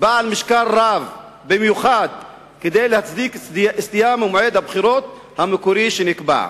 בעל משקל רב במיוחד כדי להצדיק סטייה ממועד הבחירות המקורי שנקבע.